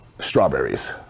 strawberries